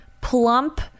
plump